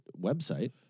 website